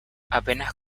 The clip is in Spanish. apenas